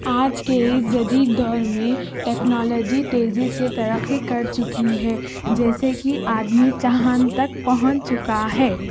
آج کے اس جدید دور میں ٹیکنالوجی تیزی سے ترقی کر چکی ہے جیسے کہ آدمی چاند تک پہنچ چکا ہے